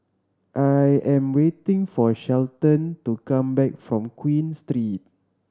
I am waiting for Shelton to come back from Queen Street